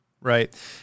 Right